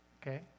Okay